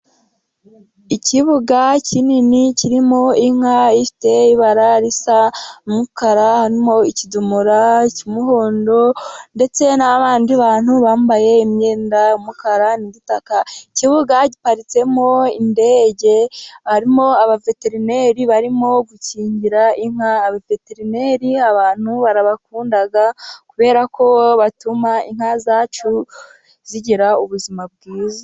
Ikibuga kinini kirimo inka ifite ibara risa n'umukara, harimo ikidomoro cy'umuhondo, ndetse n'abandi bantu bambaye imyenda y'umukara n'igitaka. Ikibuga giparitsemo indege, harimo abaveterineri barimo gukingira inka. Abaveterineri abantu barabakunda, kubera ko batuma inka zacu zigira ubuzima bwiza.